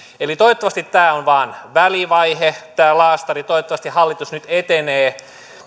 eli toivottavasti tämä on vain välivaihe tämä laastari toivottavasti hallitus nyt etenee